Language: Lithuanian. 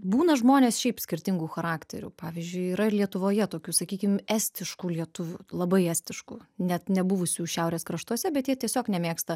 būna žmonės šiaip skirtingų charakterių pavyzdžiui yra ir lietuvoje tokių sakykim estiškų lietuvių labai estiškų net nebuvusių šiaurės kraštuose bet jie tiesiog nemėgsta